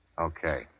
Okay